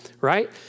right